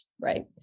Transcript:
right